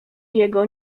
jego